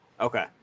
Okay